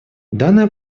данная